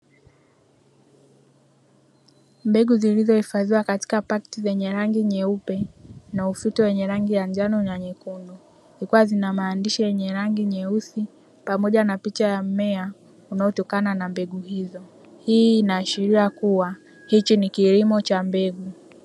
Mbegu zilizohifadhiwa katika pakti zenye rangi nyeupe na ufuto wenye rangi ya njano na nyekundu. Zikiwa zinamaandisha yenye rangi nyeusi, pamoja na picha ya mmea unaotokana na mbegu hizo; hii inaashiria kuwa hichi ni kilimo cha mbegu.